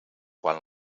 quan